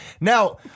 Now